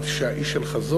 אמרתי שהיה איש של חזון,